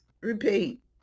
repeat